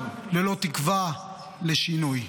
ללא תקווה לשינוי.